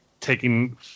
taking